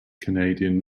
canadian